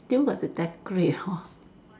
still got to decorate hor